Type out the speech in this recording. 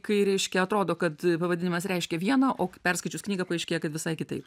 kai reiškia atrodo kad pavadinimas reiškia vieną o perskaičius knygą paaiškėja kad visai kitaip